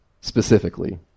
specifically